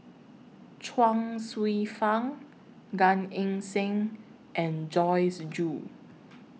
Chuang Hsueh Fang Gan Eng Seng and Joyce Jue